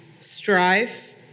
strife